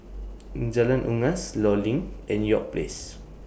Jalan Unggas law LINK and York Place